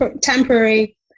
temporary